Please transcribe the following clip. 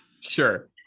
Sure